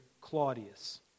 Claudius